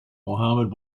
mohammad